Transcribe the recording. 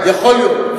הבעיה, יכול להיות.